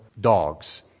dogs